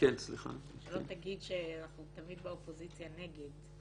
שלא תגיד שאנחנו תמיד באופוזיציה נגד,